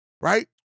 right